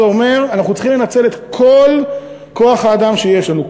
זה אומר שאנחנו צריכים לנצל את כל כוח-האדם שיש לנו,